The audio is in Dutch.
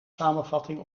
samenvatting